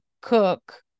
Cook